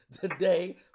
today